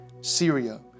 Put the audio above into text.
Syria